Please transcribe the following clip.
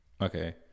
okay